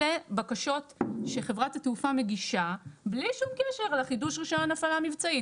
אלא בקשות שחברת התעופה מגישה בלי שום קשר לחידוש רישיון הפעלה מבצעית.